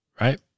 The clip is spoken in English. right